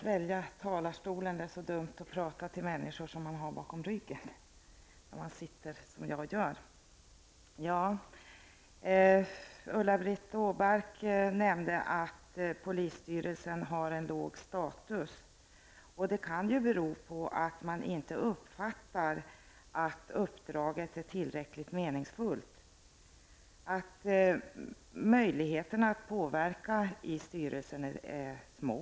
Fru talman! Ulla-Britt Åbark nämnde att polisstyrelsen har en låg status. Det kan bero på att man inte uppfattar uppdraget som tillräckligt meningsfullt och att möjligheterna att påverka styrelsen är små.